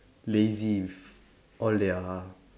lazy with all their